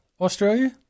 ...Australia